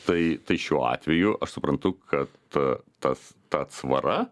tai tai šiuo atveju aš suprantu kad tas ta atsvara